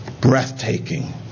breathtaking